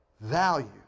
value